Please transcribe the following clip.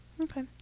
Okay